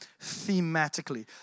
thematically